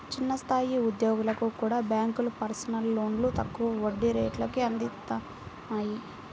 చిన్న స్థాయి ఉద్యోగులకు కూడా బ్యేంకులు పర్సనల్ లోన్లను తక్కువ వడ్డీ రేట్లకే అందిత్తన్నాయి